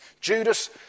Judas